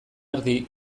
erdi